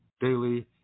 daily